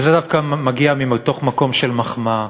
וזה דווקא מגיע מתוך מקום של מחמאה,